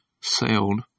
sailed